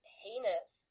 heinous